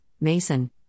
Mason